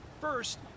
first